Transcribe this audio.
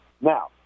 Now